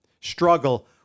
struggle